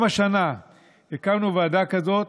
גם השנה הקמנו ועדה כזאת,